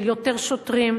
של יותר שוטרים,